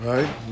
Right